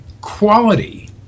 quality